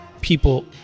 people